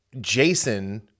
Jason